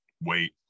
wait